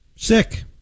Sick